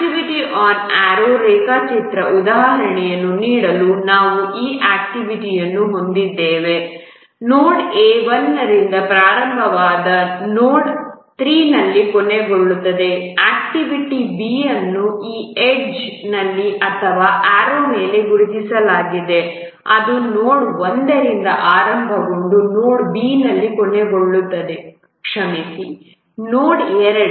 activity on arrow ರೇಖಾಚಿತ್ರದ ಉದಾಹರಣೆಯನ್ನು ನೀಡಲು ನಾವು ಈ ಆಕ್ಟಿವಿಟಿಯನ್ನು ಹೊಂದಿದ್ದೇವೆ ನೋಡ್ A 1 ರಿಂದ ಪ್ರಾರಂಭವಾಗುವ ನೋಡ್ 3 ನಲ್ಲಿ ಕೊನೆಗೊಳ್ಳುತ್ತದೆ ಆಕ್ಟಿವಿಟಿ B ಅನ್ನು ಈ ಎಡ್ಜ್ನಲ್ಲಿ ಅಥವಾ ಆರೋ ಮೇಲೆ ಗುರುತಿಸಲಾಗಿದೆ ಅದು ನೋಡ್ 1 ರಿಂದ ಆರಂಭಗೊಂಡು ನೋಡ್ B ನಲ್ಲಿ ಕೊನೆಗೊಳ್ಳುತ್ತದೆ ಕ್ಷಮಿಸಿ ನೋಡ್ 2